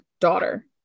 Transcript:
daughter